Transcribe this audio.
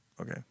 Okay